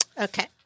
Okay